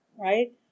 Right